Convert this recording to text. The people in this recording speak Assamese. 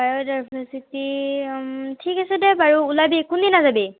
বায়ডাইভাৰ্চিটি ঠিক আছে দে বাৰু ওলাবি কোনদিনা যাবি